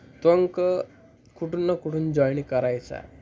तो अंक कुठून न कुठून जॉईन करायचा आहे